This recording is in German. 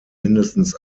mindestens